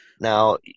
Now